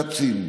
רצים.